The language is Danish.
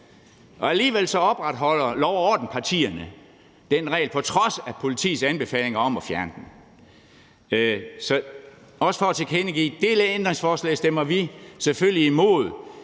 og alligevel opretholder lov og orden-partierne den regel, altså på trods af politiets anbefalinger om at fjerne den. Det ændringsforslag stemmer vi selvfølgelig imod,